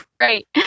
Right